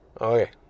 Okay